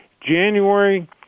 January